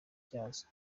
ryazo